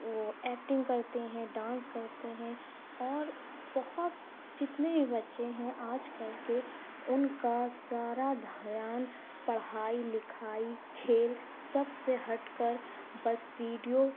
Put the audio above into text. وہ ایکٹنگ کرتے ہیں ڈانس کرتے ہیں اور بہت جتنے بھی بچے ہیں آج کل کے اُن کا سارا دھیان پڑھائی لکھائی کھیل سب سے ہٹ کر بس ویڈیو